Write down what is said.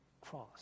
cross